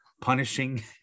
punishing